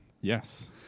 Yes